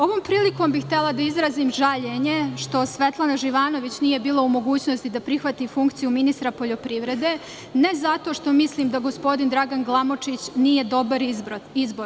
Ovom prilikom bih htela da izrazim žaljenje što Svetlana Živanović nije bila u mogućnosti da prihvati funkciju ministra poljoprivrede, ali ne zato što mislim da gospodin Dragan Glamočić nije dobar izbor.